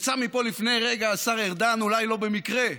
יצא מפה לפני רגע השר ארדן, אולי לא במקרה.